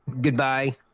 Goodbye